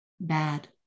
bad